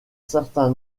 certain